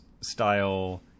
style